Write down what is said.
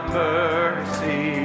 mercy